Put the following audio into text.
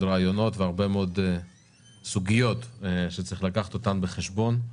רעיונות והרבה מאוד סוגיות שצריך לקחת אותן בחשבון.